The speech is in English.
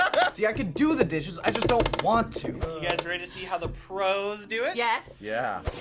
ah but see, i could do the dishes, i just don't want to. you guys ready to see how the pros do it? yes. yeah.